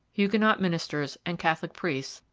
huguenot ministers and catholic priests,